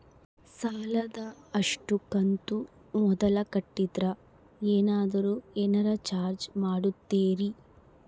ಸಾಲದ ಅಷ್ಟು ಕಂತು ಮೊದಲ ಕಟ್ಟಿದ್ರ ಏನಾದರೂ ಏನರ ಚಾರ್ಜ್ ಮಾಡುತ್ತೇರಿ?